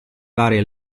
varie